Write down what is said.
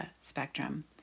spectrum